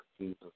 Jesus